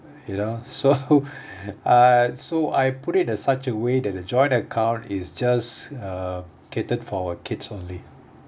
you know so uh so I put it in such a way that the joint account is just uh catered for our kids only